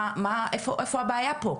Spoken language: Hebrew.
איפה הבעיה פה?